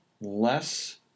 less